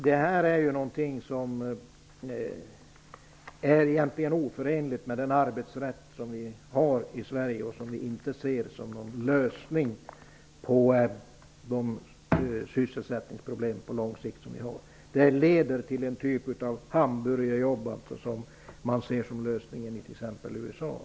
Detta är egentligen oförenligt med svensk arbetsrätt, och vi ser det inte såsom någon lösning på lång sikt på våra sysselsättningsproblem. Det leder till en typ av hamburgerjobb, som man t.ex. i USA betraktar såsom en lösning.